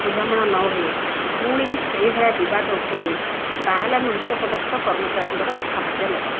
ବୁଝାମଣା ନ ହୁଏ ପୁଣି ସେଇ ଭଳିଆ ବିବାଦ ଉପୁଜେ ତାହେଲେ ଆମେ ଉଚ୍ଚ ପଦସ୍ତ କର୍ମଚାରୀଙ୍କର ସାହାଯ୍ୟ ନେବା